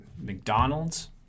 McDonald's